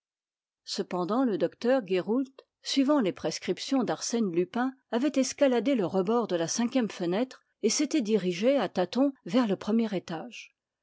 cependant le docteur guéroult suivant les prescriptions d'arsène lupin avait escaladé le rebord de la cinquième fenêtre et s'était dirigé à tâtons vers le premier étage